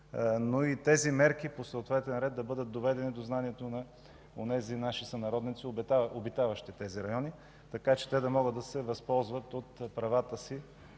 но и тези мерки по съответен ред да бъдат доведени до знанието на онези наши сънародници, обитаващи тези райони, за да могат да се възползват от правата си